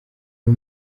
uyu